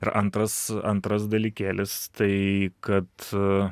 ir antras antras dalykėlis tai kad